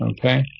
okay